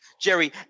Jerry